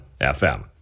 FM